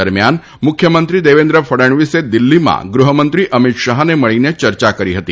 દરમિયાન મુખ્યમંત્રી દેવાદ્વ ફડણવીસ દિલ્ફીમાં ગૃહમંત્રી અમિત શાહન મળીન ચર્ચા કરી હતી